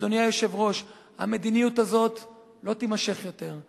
אדוני היושב-ראש, המדיניות הזאת לא תימשך יותר.